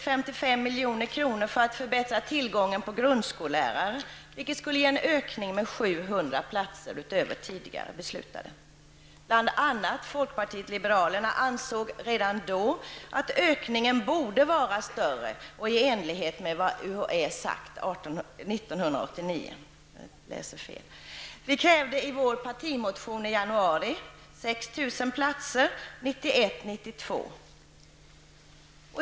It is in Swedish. för att förbättra tillgången på grundskollärare, vilket skulle ge en ökning med 700 platser utöver tidigare beslutade. Bl.a. folkpartiet liberalerna ansåg redan då att ökningen borde vara större, och i enlighet med vad UHÄ sagt 1989. Vi krävde i vår partimotion i januari 6 000 platser 1991/92.